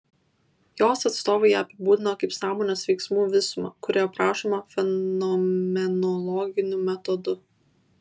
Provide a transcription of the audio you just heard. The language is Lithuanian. jos atstovai ją apibūdino kaip sąmonės veiksmų visumą kuri aprašoma fenomenologiniu metodu